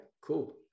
cool